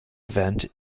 event